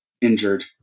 injured